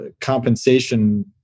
compensation